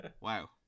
wow